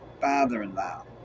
father-in-law